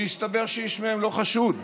והסתבר שאיש מהם לא חשוד.